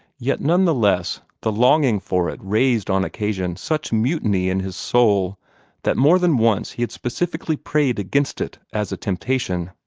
yet none the less the longing for it raised on occasion such mutiny in his soul that more than once he had specifically prayed against it as a temptation.